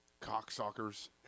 Cocksuckers